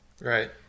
Right